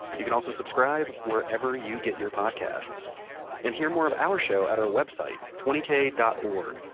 you can also subscribe wherever you get your podcasts and hear more of our show at our website twenty k dot org,